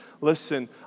listen